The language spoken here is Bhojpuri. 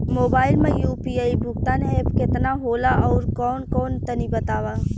मोबाइल म यू.पी.आई भुगतान एप केतना होला आउरकौन कौन तनि बतावा?